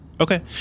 Okay